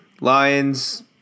Lions